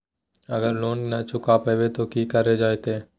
अगर लोन न चुका पैबे तो की करल जयते?